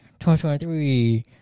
2023